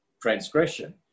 transgression